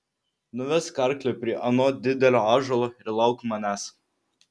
nuvesk arklį prie ano didelio ąžuolo ir lauk manęs